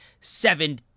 seven